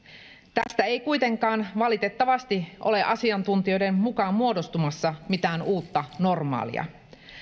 tästä ei kuitenkaan valitettavasti ole asiantuntijoiden mukaan muodostumassa mitään uutta normaalia